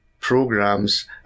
programs